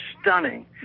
stunning